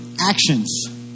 actions